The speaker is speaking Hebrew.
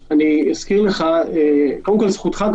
זאת אמירה שאני אומר בצורה מפורשת למצלמות,